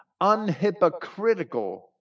unhypocritical